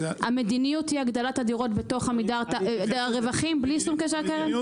המדיניות בעמידר היא הגדלת הדירות והרווחים בלי שום קשר לקרן?